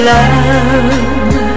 Love